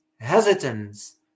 hesitance